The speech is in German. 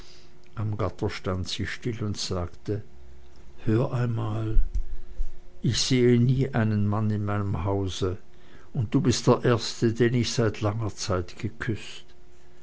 am gatter stand sie still und sagte hör einmal ich sehe nie einen mann in meinem hause und du bist der erste den ich seit langer zeit geküßt